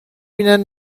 بینن